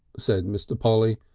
said mr. polly.